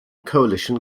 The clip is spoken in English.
coalition